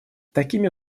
такими